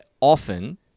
often